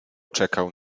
czekał